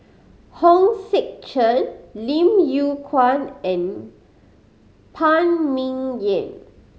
Hong Sek Chern Lim Yew Kuan and Phan Ming Yen